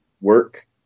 work